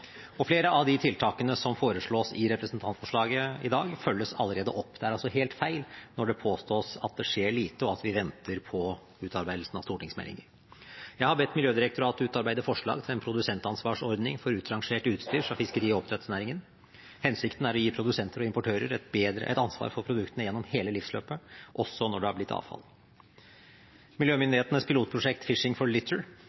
Flere av de tiltakene som foreslås i representantforslaget i dag, følges allerede opp. Det er altså helt feil når det påstås at det skjer lite, og at vi venter på utarbeidelsen av stortingsmeldinger. Jeg har bedt Miljødirektoratet utarbeide forslag til en produsentansvarsordning for utrangert utstyr fra fiskeri- og oppdrettsnæringen. Hensikten er å gi produsenter og importører et ansvar for produktene gjennom hele livsløpet, også når det har blitt avfall.